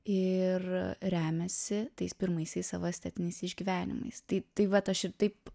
ir remiasi tais pirmaisiais savo estetiniais išgyvenimais tai tai vat aš ir taip